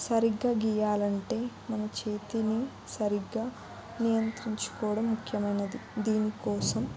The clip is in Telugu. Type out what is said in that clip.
సరిగ్గా గీయాలంటే మన చేతిని సరిగ్గా నియంత్రించుకోవడం ముఖ్యమైనది దీనికోసం